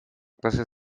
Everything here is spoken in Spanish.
clases